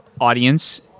audience